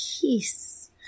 peace